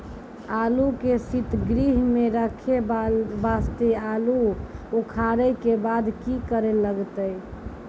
आलू के सीतगृह मे रखे वास्ते आलू उखारे के बाद की करे लगतै?